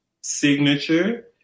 signature